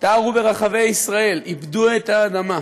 שתרו ברחבי ישראל, עיבדו את האדמה,